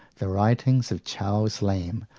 the writings of charles lamb,